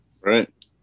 Right